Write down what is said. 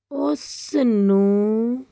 ਉਸਨੂੰ